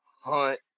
Hunt